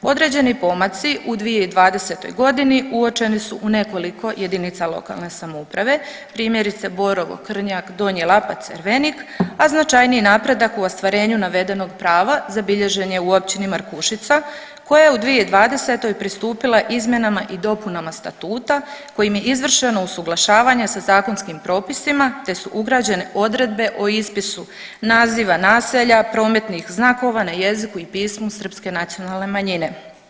Određeni pomaci u 2020. godini uočeni su u nekoliko jedinica lokalne samouprave primjerice Borovo, Krnjak, Donji Lapac, Ervenik, a značajniji napredak u ostvarenju navedenog prava zabilježen je u općini Markušica koja je u 2020. pristupila izmjenama i dopunama statuta kojim je izvršeno usuglašavanje sa zakonskim propisima te su ugrađene odredbe o ispisu naziva naselja, prometnih znakova na jeziku i pismu srpske nacionalne manjine.